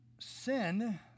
sin